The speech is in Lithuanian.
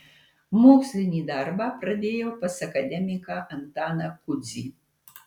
mokslinį darbą pradėjau pas akademiką antaną kudzį